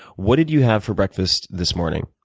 what did you have for breakfast this morning?